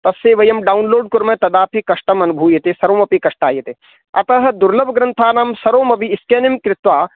तस्य वयं डौन्लोड् कुर्मः तदापि कष्टम् अनुभूयते सर्वमपि कष्टायते अतः दुर्लभग्रन्थानां सर्वमपि स्कानिङ्ग् कृत्वा